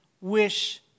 wish